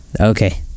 Okay